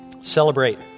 celebrate